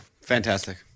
fantastic